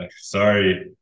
sorry